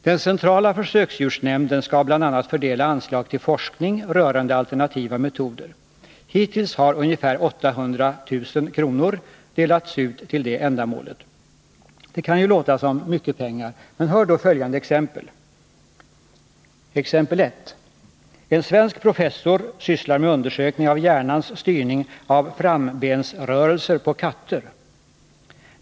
Den centrala försöksdjursnämnden skall bl.a. fördela anslag till forskning rörande alternativa metoder. Hittills har ungefär 800 000 kr. delats ut till det ändamålet. Det kan ju låta som mycket pengar — men hör då följande exempel: 1. En svensk professor sysslar med undersökning av hjärnans styrning av frambensrörelser på katter.